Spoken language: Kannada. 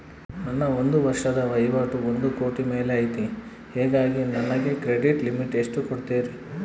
ನನ್ನ ಒಂದು ವರ್ಷದ ವಹಿವಾಟು ಒಂದು ಕೋಟಿ ಮೇಲೆ ಐತೆ ಹೇಗಾಗಿ ನನಗೆ ಕ್ರೆಡಿಟ್ ಲಿಮಿಟ್ ಎಷ್ಟು ಕೊಡ್ತೇರಿ?